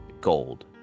gold